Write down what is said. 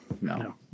no